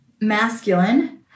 masculine